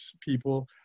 people